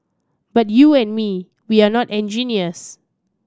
but you and me we're not engineers